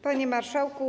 Panie Marszałku!